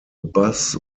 bass